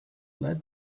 let